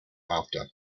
after